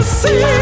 see